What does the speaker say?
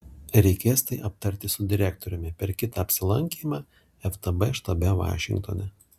reikės tai aptarti su direktoriumi per kitą apsilankymą ftb štabe vašingtone